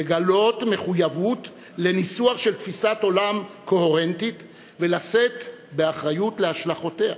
לגלות מחויבות לניסוח של תפיסת עולם קוהרנטית ולשאת באחריות להשלכותיה,